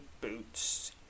boots